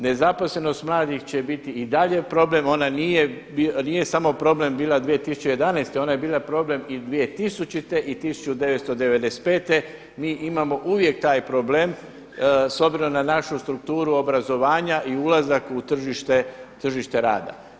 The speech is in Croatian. Nezaposlenost mladih će biti i dalje problem, ona nije samo problem bila 2011., ona je bila problem i 2000. i 1995., mi imamo uvijek taj problem s obzirom na našu strukturu obrazovanja i ulazak u tržište rada.